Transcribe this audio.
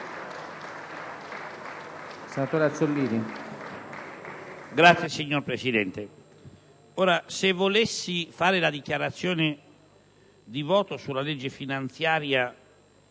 *(PdL)*. Signor Presidente, se volessi fare la dichiarazione di voto sulla legge finanziaria